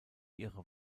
ihre